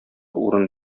урын